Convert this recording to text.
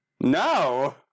No